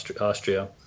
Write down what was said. Austria